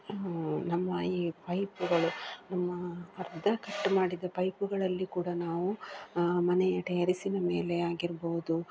ನಮ್ಮ ಈ ಪೈಪ್ಗಳು ನಮ್ಮ ಅರ್ಧ ಕಟ್ ಮಾಡಿದ ಪೈಪುಗಳಲ್ಲಿ ಕೂಡ ನಾವು ಮನೆಯ ಟೇರಿಸಿನ ಮೇಲೆ ಆಗಿರ್ಬೌದು